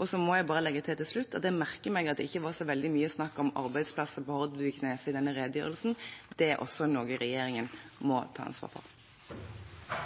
Og så må jeg bare legge til til slutt at jeg merker meg at det ikke var så veldig mye snakk om arbeidsplasser på Hordvikneset i denne redegjørelsen. Det er også noe regjeringen må ta ansvar for.